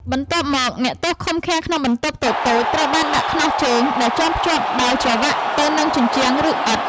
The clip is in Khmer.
បន្ទាប់មកអ្នកទោសដែលឃុំឃាំងក្នុងបន្ទប់តូចៗត្រូវបានដាក់ខ្នោះជើងដែលចងភ្ជាប់ដោយច្រវាក់ទៅនឹងជញ្ជាំង ឬឥដ្ឋ។